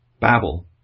Babel